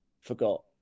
forgot